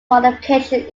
modification